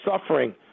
suffering